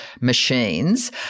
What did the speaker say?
machines